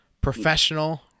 professional